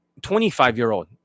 25-year-old